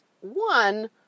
One